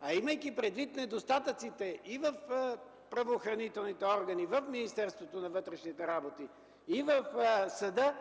а имайки предвид недостатъците в правоохранителните органи в Министерството на вътрешните работи и в съда,